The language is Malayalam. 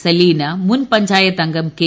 സലീന മുൻ പഞ്ചായത്തംഗം കെ